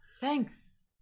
Thanks